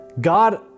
God